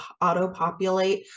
auto-populate